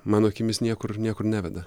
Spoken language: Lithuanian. mano akimis niekur niekur neveda